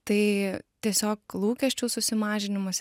tai tiesiog lūkesčių susimažinimas